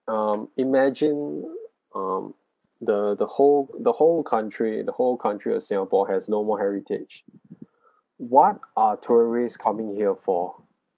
um imagine um the the whole the whole country the whole country of singapore has no more heritage what are tourists coming here for